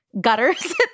gutters